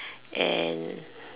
and